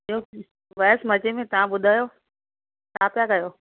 ॿियो बसि मजे में तव्हां ॿुधायो छा पिया कयो